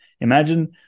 Imagine